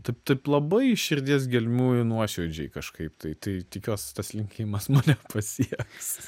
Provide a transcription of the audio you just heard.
taip taip labai iš širdies gelmių ir nuoširdžiai kažkaip tai tai tikiuosi tas likimas mane pasieks